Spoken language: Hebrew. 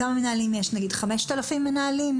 נניח שיש 5,000 מנהלים.